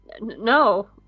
no